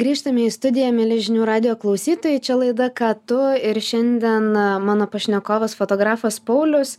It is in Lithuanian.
grįžtame į studiją mieli žinių radijo klausytojai čia laida ką tu ir šiandien mano pašnekovas fotografas paulius